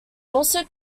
also